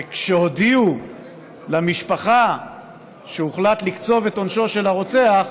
כשהודיעו למשפחה שהוחלט לקצוב את עונשו של הרוצח,